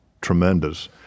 tremendous